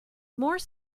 more